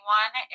one